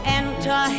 enter